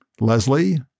Leslie